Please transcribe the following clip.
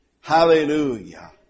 Hallelujah